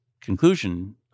conclusion